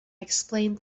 explained